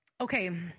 Okay